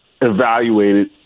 evaluated